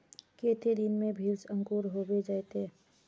केते दिन में भेज अंकूर होबे जयते है?